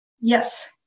yes